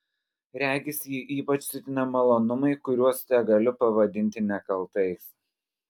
regis jį ypač siutina malonumai kuriuos tegaliu pavadinti nekaltais